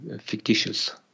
fictitious